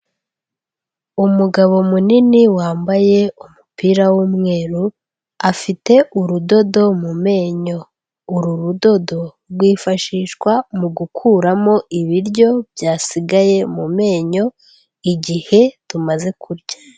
Umugabo munini wambaye umupira w'umweru afite urudodo mu menyo, uru rudodo rwifashishwa mu gukuramo ibiryo byasigaye mu menyo igihe tumaze kurya.